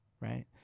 right